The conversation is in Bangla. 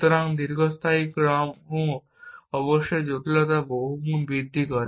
সুতরাং দীর্ঘস্থায়ী কর্ম অবশ্যই জটিলতা বহুগুণ বৃদ্ধি করে